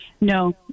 no